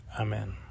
Amen